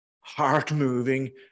heart-moving